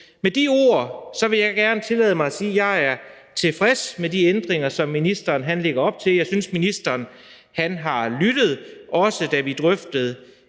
Med de ord vil jeg gerne tillade mig at sige, at jeg er tilfreds med de ændringer, som ministeren lægger op til. Jeg synes, ministeren har lyttet, også da vi drøftede